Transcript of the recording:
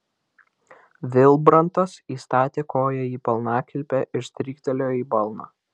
vilbrantas įstatė koją į balnakilpę ir stryktelėjo į balną